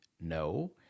No